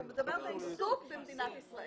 הוא מדבר בעיסוק במדינת ישראל.